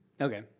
Okay